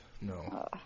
No